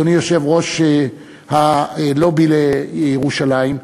אדוני יושב-ראש הלובי לירושלים,